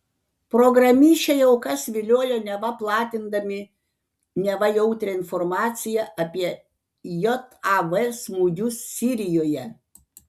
programišiai aukas viliojo neva platindami neva jautrią informaciją apie jav smūgius sirijoje